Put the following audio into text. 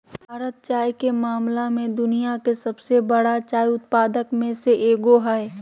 भारत चाय के मामला में दुनिया के सबसे बरा चाय उत्पादक में से एगो हइ